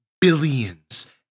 billions